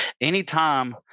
anytime